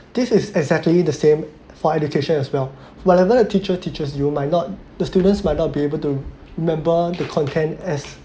this is exactly the same for education as well whatever the teacher teaches you might not the students might not be able to remember the content as